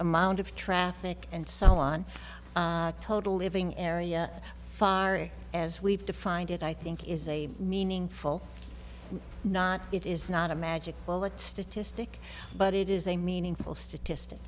amount of traffic and so on total living area far as we've defined it i think is a meaningful not it is not a magic bullet statistic but it is a meaningful statistic